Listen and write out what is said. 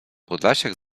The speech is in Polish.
podlasiak